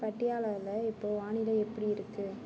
பட்டியாலாவில் இப்போது வானிலை எப்படி இருக்கு